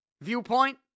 viewpoint